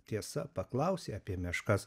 tiesa paklausei apie meškas